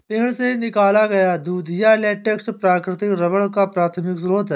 पेड़ से निकाला गया दूधिया लेटेक्स प्राकृतिक रबर का प्राथमिक स्रोत है